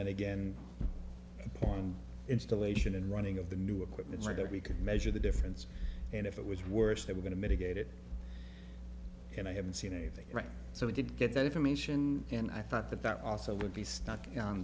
then again on installation and running of the new equipment so that we could measure the difference and if it was worse they were going to mitigate it and i haven't seen anything so we did get that information and i thought that that also would be